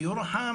בירוחם.